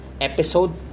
episode